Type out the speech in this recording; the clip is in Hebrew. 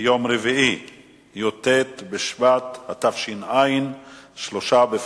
ביום י"ג בטבת התש"ע (30 בדצמבר 2009):